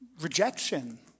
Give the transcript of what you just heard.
Rejection